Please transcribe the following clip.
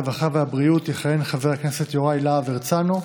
הרווחה והבריאות יכהן חבר הכנסת יוראי להב הרצנו,